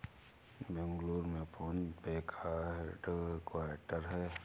बेंगलुरु में PhonePe का head quarter हैं